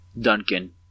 Duncan